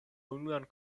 unuan